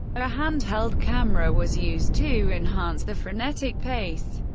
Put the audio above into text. a hand-held camera was used to enhance the frenetic pace.